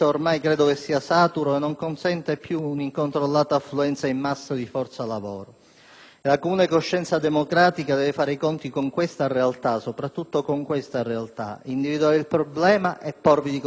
La comune coscienza democratica deve fare i conti con questa realtà (soprattutto con questa realtà), individuare il problema e porvi di conseguenza rimedio. Proprio in questa direzione si muove l'articolo 9